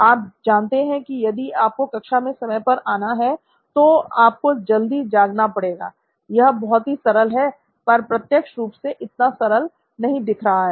आप जानते हैं कि यदि आपको कक्षा में समय पर आना है तो आपको जल्दी जागना पड़ेगा यह बहुत ही सरल है पर प्रत्यक्ष रूप से इतना सरल नहीं दिख रहा है